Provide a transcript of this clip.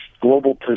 global